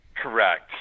Correct